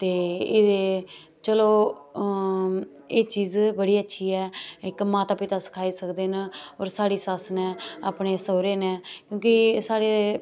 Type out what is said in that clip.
ते एह् चलो एह् चीज बड़ी अच्छी ऐ इक माता पिता सखाई सकदे न होर साढ़ी सस्स नै अपने सौह्रे नै क्योंकी साढ़े